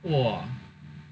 !wah!